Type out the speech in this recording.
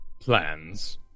plans